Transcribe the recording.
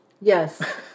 Yes